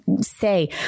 say